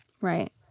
Right